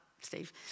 Steve